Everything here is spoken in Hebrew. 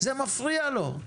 זה מפריע לו.